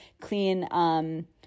clean